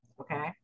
okay